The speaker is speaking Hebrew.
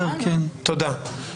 תודה.